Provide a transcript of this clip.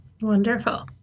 Wonderful